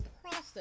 process